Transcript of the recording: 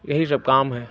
यही सब काम है